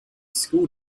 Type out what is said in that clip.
school